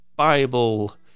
Bible